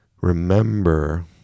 remember